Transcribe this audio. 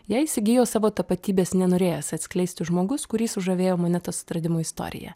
ją įsigijo savo tapatybės nenorėjęs atskleisti žmogus kurį sužavėjo monetos atradimo istorija